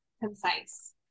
concise